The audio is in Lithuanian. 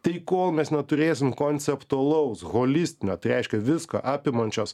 tai kol mes neturėsim konceptualaus holistinio tai reiškia viską apimančios